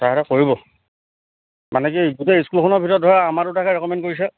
ছাৰহঁতে কৰিব মানে কি গোটেই স্কুলখনৰ ভিতৰত ধৰা আমাৰ দুটাকে ৰিকমেণ্ড কৰিছে